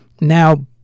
now